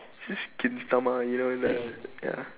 just gintama you know like ya